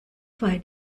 feine